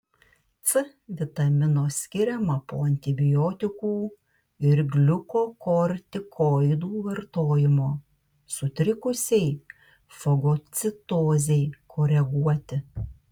c vitamino skiriama po antibiotikų ir gliukokortikoidų vartojimo sutrikusiai fagocitozei koreguoti